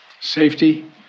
safety